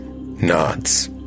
Nods